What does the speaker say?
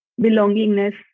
belongingness